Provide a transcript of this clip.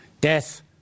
Death